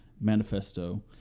manifesto